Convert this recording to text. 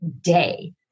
day